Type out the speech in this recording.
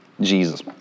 Jesus